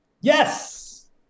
Yes